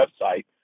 website